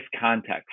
context